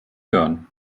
hören